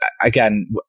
Again